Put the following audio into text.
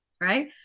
Right